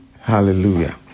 Hallelujah